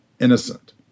innocent